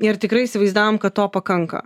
ir tikrai įsivaizdavom kad to pakanka